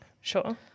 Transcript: Sure